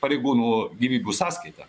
pareigūnų gyvybių sąskaita